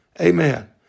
Amen